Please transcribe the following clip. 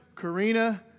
Karina